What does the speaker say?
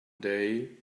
day